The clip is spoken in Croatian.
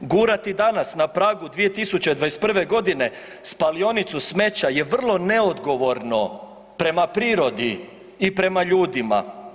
Gurati danas na pragu 21. godine spalionicu smeća je vrlo neodgovorno prema prirodi i prema ljudima.